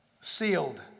Sealed